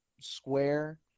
Square